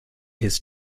his